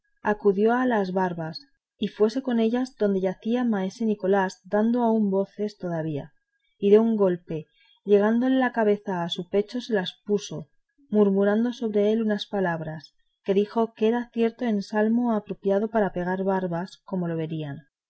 acudió luego a las barbas y fuese con ellas adonde yacía maese nicolás dando aún voces todavía y de un golpe llegándole la cabeza a su pecho se las puso murmurando sobre él unas palabras que dijo que era cierto ensalmo apropiado para pegar barbas como lo verían